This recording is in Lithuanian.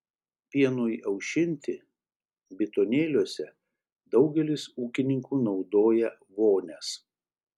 pienui aušinti bidonėliuose daugelis ūkininkų naudoja vonias